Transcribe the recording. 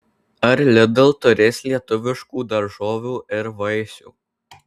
ar lidl turės lietuviškų daržovių ir vaisių